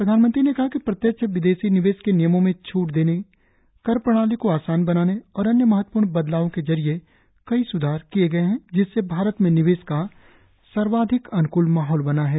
प्रधानमंत्री ने कहा कि प्रत्यक्ष विदेशी निवेश के नियमों में छुट देने कर प्रणाली को आसान बनाने और अन्य महत्वपूर्ण बदलावों के जरिए कई सुधार किए गए हैं जिससे भारत में निवेश का सर्वाधिक अन्कूल माहौल बना है